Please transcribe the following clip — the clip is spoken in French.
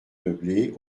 meublé